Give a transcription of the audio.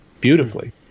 beautifully